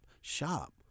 shop